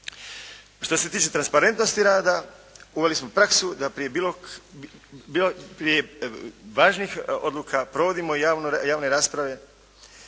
Što se tiče transparentnosti rada, uveli smo praksu da prije bilo, važnijih odluka provodimo javne rasprave.